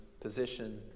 position